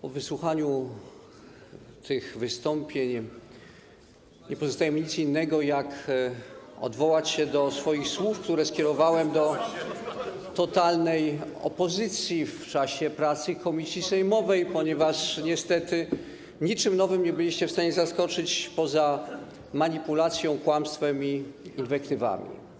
Po wysłuchaniu tych wystąpień nie pozostaje mi nic innego, jak odwołać się do swoich słów, które skierowałem do totalnej opozycji w czasie pracy komisji sejmowej, ponieważ niestety niczym nowym nie byliście w stanie zaskoczyć poza manipulacją, kłamstwem i inwektywami.